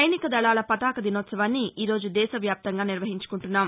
సైనిక దళాల పతాక దినోత్సవాన్ని ఈ రోజు దేశ వ్యాప్తంగానిర్వహించుకుంటున్నాం